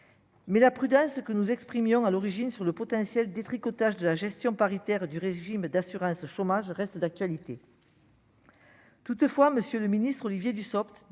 mais la prudence ce que nous exprimons à l'origine sur le potentiel détricotage de la gestion paritaire du régime d'assurance chômage reste d'actualité. Toutefois, monsieur le ministre, Olivier Dussopt